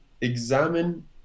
examine